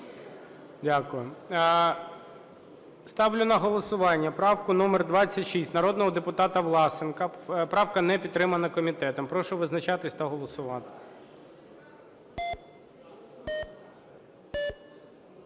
Дякую. Ставлю на голосування правку номер 26 народного депутата Власенка. Правка не підтримана комітетом. Прошу визначатись та голосувати.